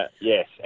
yes